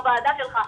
בוועדה שלך,